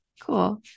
cool